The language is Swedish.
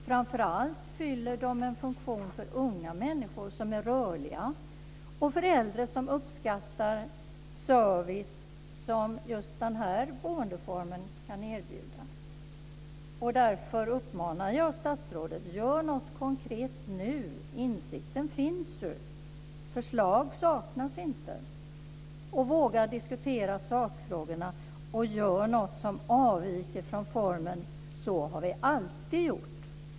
Framför allt fyller den en funktion för unga människor, som är rörliga, och för äldre, som uppskattar den service som just den här boendeformen kan erbjuda. Därför uppmanar jag statsrådet: Gör något konkret nu! Insikten finns ju. Förslag saknas inte. Våga diskutera sakfrågorna, och gör något som avviker från formeln: Så har vi alltid gjort!